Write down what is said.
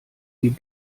die